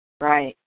Right